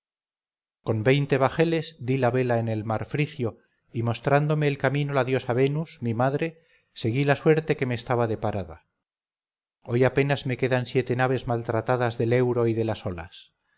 con veinte bajeles di la vela en el mar frigio y mostrándome el camino la diosa venus mi madre seguí la suerte que me estaba deparada hoy apenas me quedan siete naves maltratadas del euro y de las olas